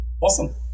Awesome